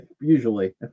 usually